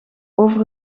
over